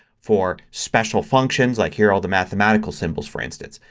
for special functions like here are all the mathematical symbols for instance.